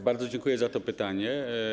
Bardzo dziękuję za to pytanie.